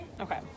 okay